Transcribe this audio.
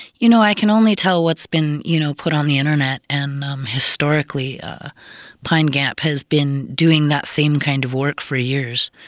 you know, i can only tell what's been you know put on the internet, and um historically pine gap has been doing that same kind of work for years.